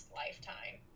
lifetime